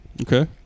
Okay